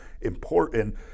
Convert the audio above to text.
important